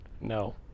No